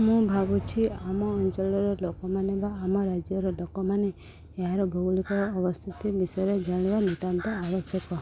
ମୁଁ ଭାବୁଛି ଆମ ଅଞ୍ଚଳର ଲୋକମାନେ ବା ଆମ ରାଜ୍ୟର ଲୋକମାନେ ଏହାର ଭୌଗଳିକ ଅବସ୍ଥିତି ବିଷୟରେ ଜାଣିବା ନିତ୍ୟାନ୍ତ ଆବଶ୍ୟକ